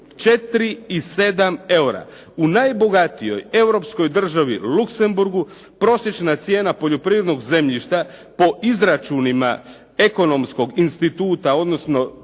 i 7 eura. U najbogatijoj europskoj državi Luksemburgu prosječna cijena poljoprivrednog zemljišta po izračunima ekonomskog instituta, odnosno